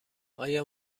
آیا